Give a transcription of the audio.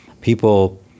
people